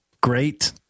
great